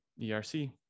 ERC